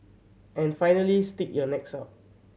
and finally stick your necks out